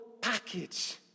package